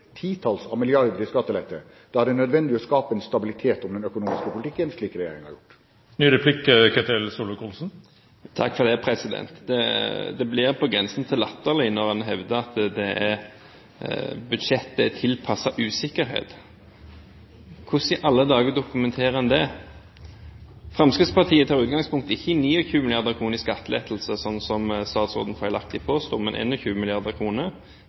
titalls milliarder – i skattelette. Da er det nødvendig å skape en stabilitet om den økonomiske politikken slik regjeringen har gjort. Det blir på grensen til latterlig når en hevder at budsjettet er tilpasset usikkerhet. Hvordan i alle dager dokumenterer en det? Fremskrittspartiet tar utgangspunkt ikke i 29 mrd. kr i skattelettelser, som statsråden feilaktig påstod, men